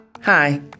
Hi